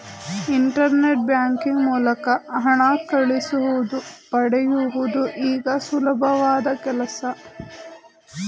internet banking ಮೂಲಕ ಹಣ ಕಳಿಸುವುದು ಪಡೆಯುವುದು ಈಗ ಸುಲಭದ ಕೆಲ್ಸ